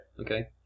Okay